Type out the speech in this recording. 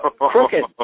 Crooked